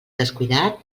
descuidat